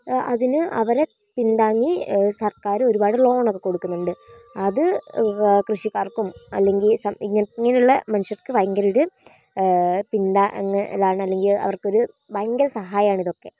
അതിന് അവരെ പിന്താങ്ങി സർക്കാര് ഒരുപാട് ലോണൊക്കെ കൊടുക്കുന്നുണ്ട് അത് കൃഷിക്കാർക്കും അല്ലെങ്കിൽ സം ഇങ്ങൻ ഇങ്ങനുള്ള മനുഷ്യർക്ക് ഭയങ്കര ഒര് പിന്താങ്ങലാണ് അല്ലെങ്കിൽ അവർക്കൊര് ഭയങ്കര സഹായമാണ് ഇതൊക്കെ